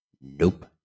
Nope